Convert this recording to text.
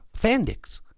Fandix